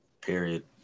Period